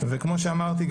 וכמו שאמרתי,